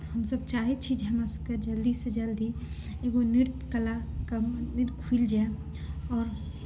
हमसब चाहै छी जे हमरा सबकेँ जल्दी सँ जल्दी एगो नृत्य कला के मंदिर खुलि जाय आओर